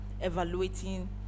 evaluating